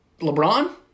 LeBron